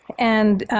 and